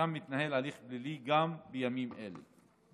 ושם מתנהל הליך פלילי גם בימים אלה.